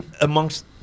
amongst